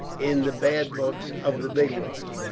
in the bad books of the bigwigs.